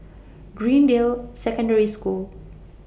Greendale Secondary School